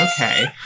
Okay